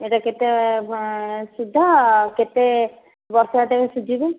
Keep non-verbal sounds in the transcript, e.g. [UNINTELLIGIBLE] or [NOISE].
ଏଇଟା କେତେ [UNINTELLIGIBLE] ସୁଧ ଆଉ କେତେ ବର୍ଷରେ ସୁଝିବୁ